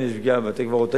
יש פגיעה בבתי-קברות,